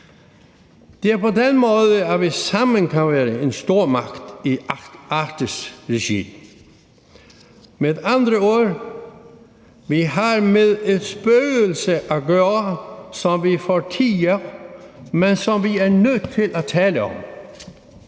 Det er på den måde, vi sammen kan være en stormagt i arktisk regi. Med andre ord har vi med et spøgelse at gøre, som vi fortier, men som vi er nødt til at tale om.